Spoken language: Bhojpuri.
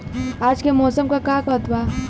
आज क मौसम का कहत बा?